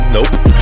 Nope